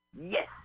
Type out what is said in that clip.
Yes